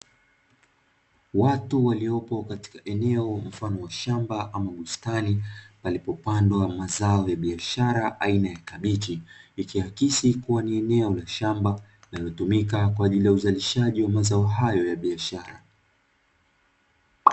Watu waliopo katika eneo mfano wa shamba ama bustani, palipopadwa mazao ya biashara aina ya kabichi, ikiakisi kuwa ni eneo la shamba linalotumika kwa ajili ya uzalishaji wa mazao hayo ya biashara.